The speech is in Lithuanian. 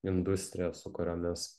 industrijas su kuriomis